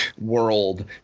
world